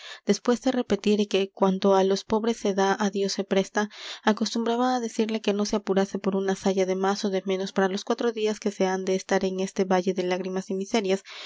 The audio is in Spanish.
después de repetir que cuanto á los pobres se da á dios se presta acostumbraba á decirle que no se apurase por una saya de más ó de menos para los cuatro días que se han de estar en este valle de lágrimas y miserias